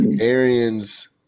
Arians